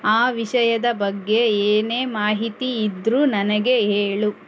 ಆ ವಿಷಯದ ಬಗ್ಗೆ ಏನೇ ಮಾಹಿತಿ ಇದ್ದರೂ ನನಗೆ ಹೇಳು